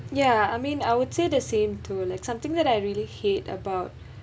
ya I mean I would say the same too like something that I really hate about